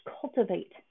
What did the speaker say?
cultivate